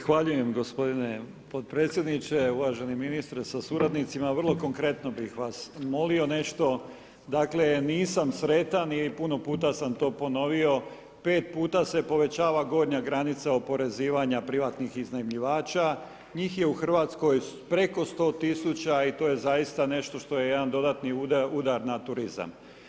Zahvaljujem g. potpredsjedniče, uvaženi ministre sa suradnicima, vrlo konkretno bi vas molio nešto, dakle nisam sretan i puno puta sam to ponovio, 5 puta se povećava gornja granica oporezivanja privatnih iznajmljivača, njih je u Hrvatskoj preko 100000 i to je zaista nešto što je jedan dodatni udar na turizam.